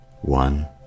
one